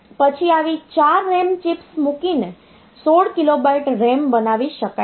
પછી આવી ચાર RAM ચિપ્સ મૂકીને 16KB RAM બનાવી શકાય છે